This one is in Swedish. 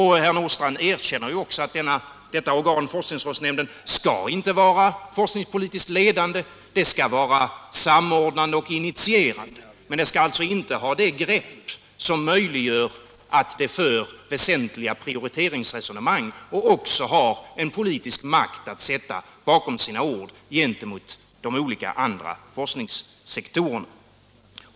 Herr Nordstrandh erkänner också att forskningsrådsnämnden inte skall vara forskningspolitiskt ledande; den skail vara samordnande och initierande, men den skall alltså inte ha det grepp som möjliggör att den för väsentliga prioriteringsresonemang och också har politisk makt att sätta bakom sina ord gentemot de andra forskningssektorerna.